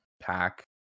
pack